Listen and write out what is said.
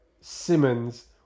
Simmons